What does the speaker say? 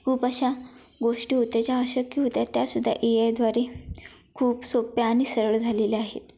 खूप अशा गोष्टी होत्या ज्या अशक्य होत्या त्या सुद्धा ए आयद्वारे खूप सोप्या आणि सरळ झालेल्या आहेत